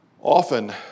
Often